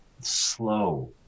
slow